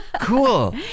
Cool